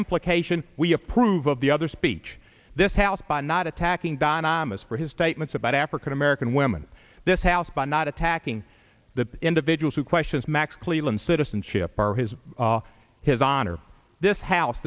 implication we approve of the other speech this house by not attacking don imus for his statements about african american women this house by not attacking the individual who questions max cleeland citizenship or his his honor this house